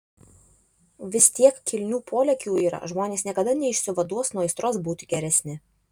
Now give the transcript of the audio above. vis tiek kilnių polėkių yra žmonės niekada neišsivaduos nuo aistros būti geresni